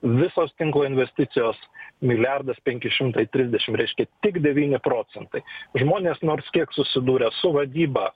visos tinklo investicijos milijardas penki šimtai trisdešim reiškia tik devyni procentai žmonės nors kiek susidūrę su vadyba